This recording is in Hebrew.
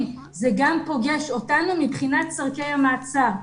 זה גם פוגש אותנו מבחינת צרכי המעצר.